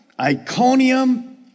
Iconium